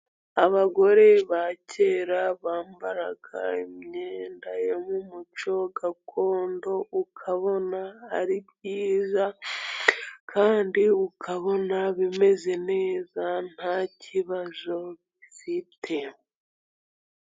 Abagore ba kera bambara imyenda yo mu muco gakondo ukabona ari byiza, kandi ukabona bimeze neza nta kibazo bifite.